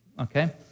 Okay